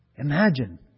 Imagine